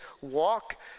walk